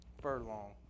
furlong